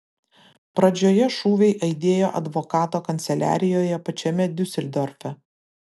pradžioje šūviai aidėjo advokato kanceliarijoje pačiame diuseldorfe